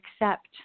accept